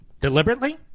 Deliberately